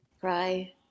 cry